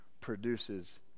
produces